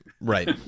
Right